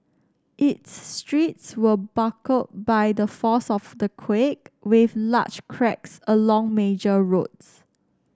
its streets were buckled by the force of the quake with large cracks along major roads